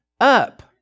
up